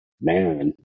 man